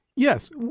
Yes